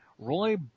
Roy